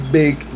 big